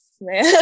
man